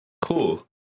cool